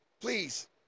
please